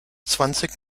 zwanzig